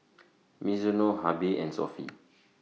Mizuno Habibie and Sofy